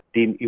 Team